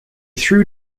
threw